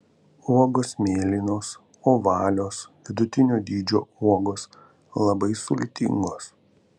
uogos mėlynos ovalios vidutinio dydžio uogos labai sultingos